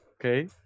Okay